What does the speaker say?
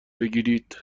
بگیرید